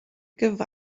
give